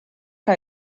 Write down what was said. que